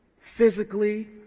physically